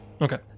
Okay